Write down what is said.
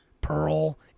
Pearl